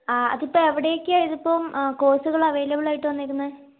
അ ഇപ്പോൾ എവിടെ ഒക്കെയാണ് ഇതിപ്പം കോഴ്സുകൾ അവൈലബിളായിട്ട് വന്നേക്കുന്നത്